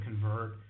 convert